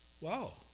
Wow